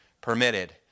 permitted